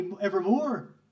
evermore